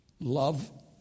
love